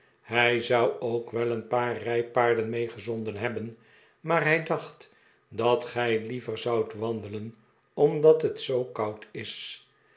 hij zou ook wel een paar rijpaarden meegezonden hebben maar hij dacht dat gij iiever zoudt willen wandelen omdat het zoo koud is